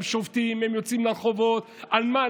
הם שובתים, הם יוצאים לרחובות, על מה?